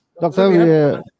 doctor